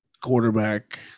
quarterback